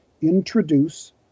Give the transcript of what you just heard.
Introduce